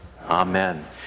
Amen